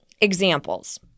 examples